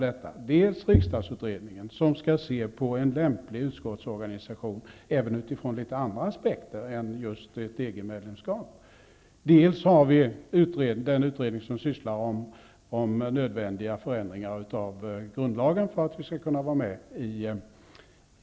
Det är dels riksdagsutredningen som skall se på en lämplig utskottsorganisation, även utifrån litet andra aspekter än just ett EG-medlemskap, och dels den utredning som sysslar med förändringar av grundlagen som blir nödvändiga för att vi skall kunna vara med i EG.